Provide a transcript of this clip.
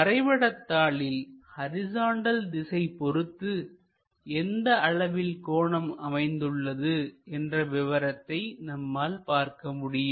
வரைபடத்தாளில் ஹரிசாண்டல் திசை பொருத்து எந்த அளவில் கோணம் அமைந்துள்ளது என்ற விபரத்தை நம்மால் பார்க்க முடியும்